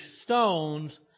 stones